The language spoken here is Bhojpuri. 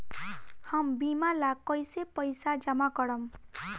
हम बीमा ला कईसे पईसा जमा करम?